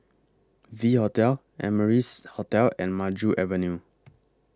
V Hotel Amrise Hotel and Maju Avenue